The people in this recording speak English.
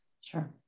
sure